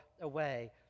away